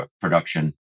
production